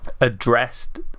addressed